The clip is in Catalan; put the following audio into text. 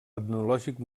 etnològic